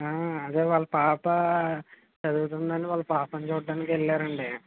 అదే వాళ్ళ పాపా చదువుతుందని వాళ్ళ పాపని చూడ్డానికి వెళ్లారండి